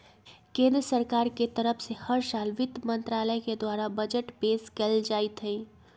केन्द्र सरकार के तरफ से हर साल वित्त मन्त्रालय के द्वारा बजट पेश कइल जाईत हई